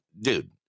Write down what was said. dude